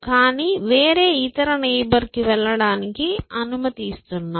కానీ వేరే ఇతర నైబర్కి వెళ్ళడానికి అనుమతి ఇస్తున్నాం